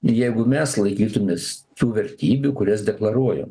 jeigu mes laikytumės tų vertybių kurias deklaruojam